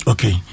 Okay